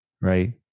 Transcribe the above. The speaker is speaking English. right